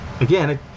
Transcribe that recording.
Again